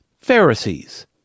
Pharisees